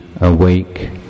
awake